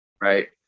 right